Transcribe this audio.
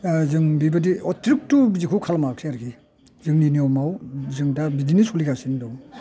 जों बेबादि अथिरखथ' बिदिखौ खालामासै आरखि जोंनि नियमाव जों दा बिदिनो सोलिगासिनो दं